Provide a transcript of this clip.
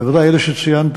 בוודאי אלה שציינת,